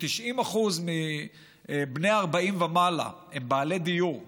כ-90% מבני ה-40 ומעלה הם בעלי דיור משלהם,